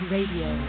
Radio